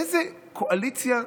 איזו קואליציה,